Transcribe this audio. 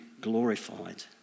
glorified